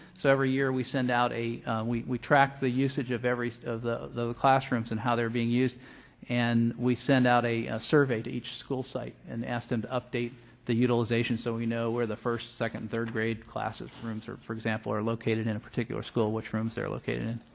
so every year, we send out a we we track the usage of every of the the classrooms and how they're being used and we send out a survey to each school site and ask them to update the utilization so we know where the first, second, third grade classrooms, for example, are located in a particular school which rooms they are located